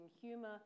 humour